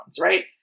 right